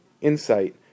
insight